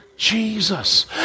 Jesus